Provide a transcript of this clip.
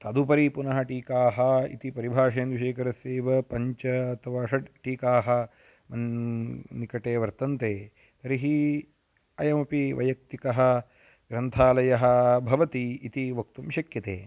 तदुपरि पुनः टीकाः इति परिभाषेन्दुशेखरस्यैव पञ्च अथवा षट् टीकाः मन्निकटे वर्तन्ते तर्हि अयमपि वैयक्तिकः ग्रन्थालयः भवति इति वक्तुं शक्यते